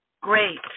Great